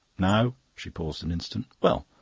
now she paused an instant well,